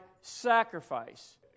sacrifice